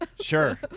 Sure